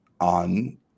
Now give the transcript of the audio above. on